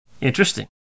Interesting